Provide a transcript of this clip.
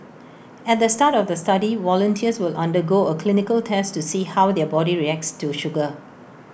at the start of the study volunteers will undergo A clinical test to see how their body reacts to sugar